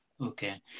Okay